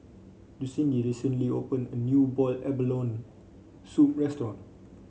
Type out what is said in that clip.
Lucindy recently open a new Boiled Abalone Soup restaurant